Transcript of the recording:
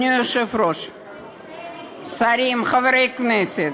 אדוני היושב-ראש, שרים, חברי כנסת,